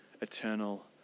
eternal